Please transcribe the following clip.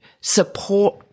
support